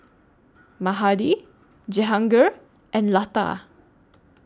Mahade Jehangirr and Lata